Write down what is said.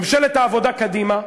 ממשלת העבודה קדימה,